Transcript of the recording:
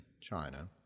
China